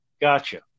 gotcha